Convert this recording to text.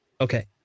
Okay